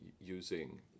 using